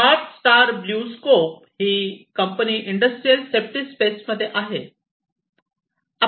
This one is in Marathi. नॉर्थ स्टार ब्ल्यू स्कोप ही कंपनी इंडस्ट्रियल सेफ्टी स्पेस मध्ये आहे